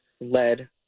led